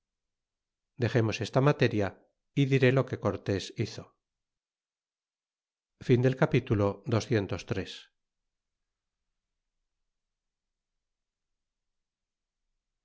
dexemos esta materia é diré lo que cortés hizo